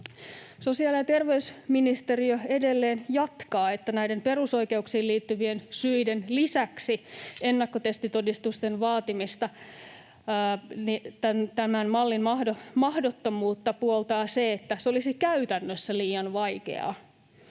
Sosiaali- ja terveysministeriö edelleen jatkaa, että näiden perusoikeuksiin liittyvien syiden lisäksi ennakkotestitodistusten vaatimisen mallin mahdottomuutta puoltaa se, että se olisi käytännössä liian vaikeaa,